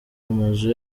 amazu